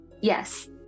Yes